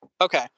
Okay